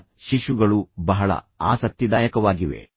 ಈಗ ಶಿಶುಗಳು ಬಹಳ ಆಸಕ್ತಿದಾಯಕವಾಗಿವೆ